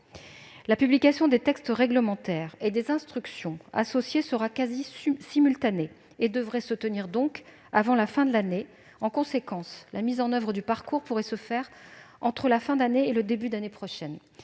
La publication des textes réglementaires et des instructions associées se fera pratiquement en simultané, soit avant la fin de l'année. En conséquence, la mise en oeuvre du parcours pourrait se faire entre la fin d'année et le début d'année prochaine.